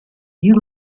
you